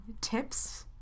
tips